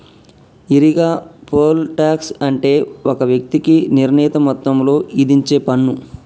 ఈరిగా, poll tax అంటే ఒక వ్యక్తికి నిర్ణీత మొత్తంలో ఇధించేపన్ను